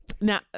now